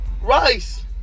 Rice